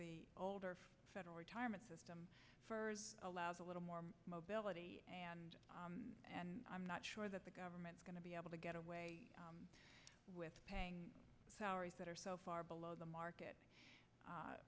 the older federal retirement system for years allows a little more mobility and and i'm not sure that the government's going to be able to get away with paying salaries that are so far below the market